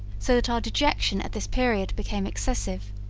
so that our dejection at this period became excessive,